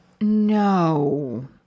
No